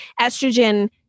estrogen